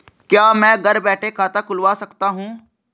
क्या मैं घर बैठे खाता खुलवा सकता हूँ?